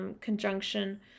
conjunction